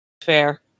fair